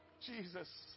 Jesus